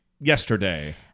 yesterday